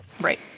Right